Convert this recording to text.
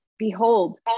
Behold